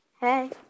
Hey